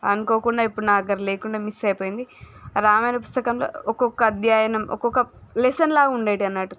అనుకోకుండా ఇప్పుడు నా దగ్గర లేకుండా మిస్ అయి పోయింది రామాయణ పుస్తకంలో ఇ ఒక్కొక్క అధ్యాయము ఒక్కొక్క లెసన్లాగా ఉండేదన్నట్టు